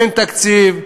אין תקציב שמאזן,